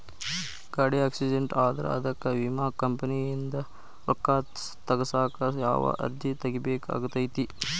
ಗಾಡಿ ಆಕ್ಸಿಡೆಂಟ್ ಆದ್ರ ಅದಕ ವಿಮಾ ಕಂಪನಿಯಿಂದ್ ರೊಕ್ಕಾ ತಗಸಾಕ್ ಯಾವ ಅರ್ಜಿ ತುಂಬೇಕ ಆಗತೈತಿ?